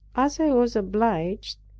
as i was obliged,